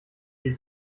den